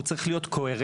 הוא צריך להיות קוהרנטי.